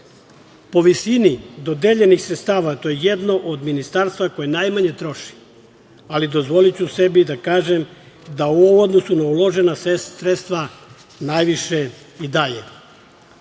visini dodeljenih sredstava, to je jedno od ministarstava koje najmanje troši, ali dozvoliću sebi da kažem da u odnosu na uložena sredstva najviše i